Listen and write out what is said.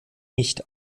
nicht